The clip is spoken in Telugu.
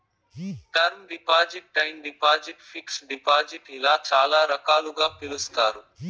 term deposit time deposit fixed deposit ఇలా చాలా రకాలుగా పిలుస్తారు